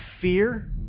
fear